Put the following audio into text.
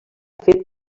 fet